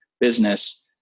business